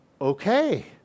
okay